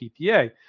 PPA